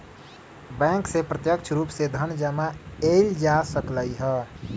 bank से प्रत्यक्ष रूप से धन जमा एइल जा सकलई ह